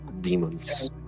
demons